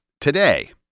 Today